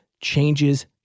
changes